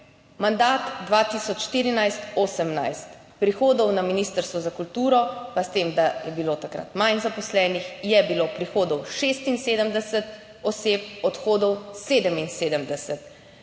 Mandat 2014 18 prihodov na Ministrstvo za kulturo pa s tem, da je bilo takrat manj zaposlenih je bilo prihodov 76 oseb, odhodov 77.